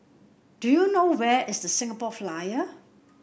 do you know where is The Singapore Flyer